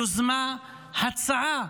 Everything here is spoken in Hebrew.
יוזמה, הצעה,